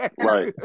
Right